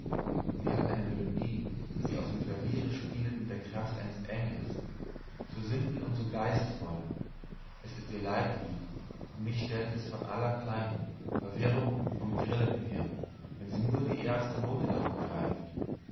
sie hat eine melodie die sie auf dem klaviere spielet mit der kraft eines engels so simpel und so geistvoll es ist ihr leiblied und mich stellt es von aller pein verwirrung und grillen her wenn sie nur die erste note davon greift